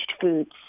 foods